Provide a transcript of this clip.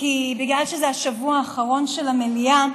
כי מכיוון שזה השבוע האחרון של המליאה,